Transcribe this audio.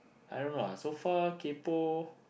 I don't know ah so far kaypoh